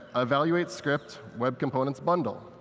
ah evaluate script, web components bundle.